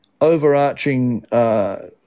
overarching